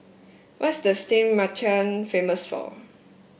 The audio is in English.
what is Sint Maarten famous for